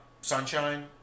Sunshine